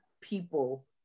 people